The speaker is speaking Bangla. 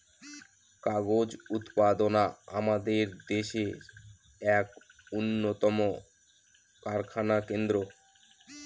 কাগজ উৎপাদনা আমাদের দেশের এক উন্নতম কারখানা কেন্দ্র